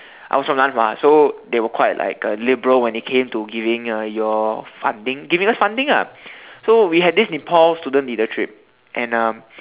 I was from Nan-Hua so they were quite like uh liberal when it came to giving uh your funding giving us funding lah so we had this Nepal student leader trip and um